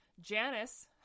Janice